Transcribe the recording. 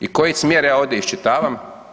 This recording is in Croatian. I koji smjer ja ovdje iščitavam?